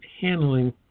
handling